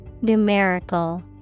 Numerical